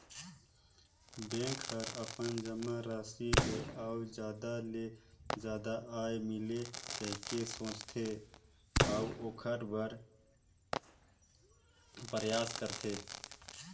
bank हर अपन जमा राशि ले अउ जादा ले जादा आय मिले कहिके सोचथे, अऊ ओखर बर परयास करथे